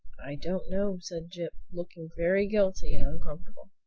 i don't know, said jip looking very guilty and uncomfortable.